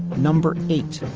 number eight.